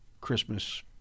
Christmas –